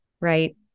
right